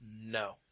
No